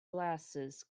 glasses